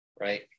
right